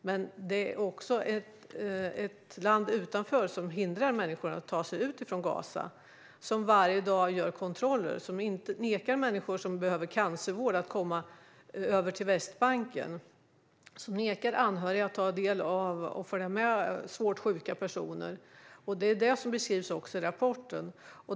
Men det finns också ett land utanför som hindrar människor från att ta sig ut från Gaza, som varje dag gör kontroller, som nekar människor som behöver cancervård att komma över till Västbanken och som nekar anhöriga att följa med svårt sjuka personer. Detta beskrivs också i rapporten.